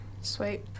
Sweet